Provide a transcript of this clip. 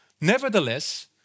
Nevertheless